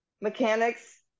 mechanics